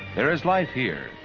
there is life here,